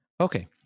Okay